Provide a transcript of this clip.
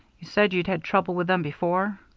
you said you'd had trouble with them before.